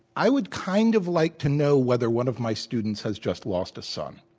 i would kind of like to know whether one of my students has just lost a son.